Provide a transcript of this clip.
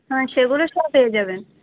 হ্যাঁ সেগুলো সব পেয়ে যাবেন